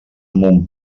mon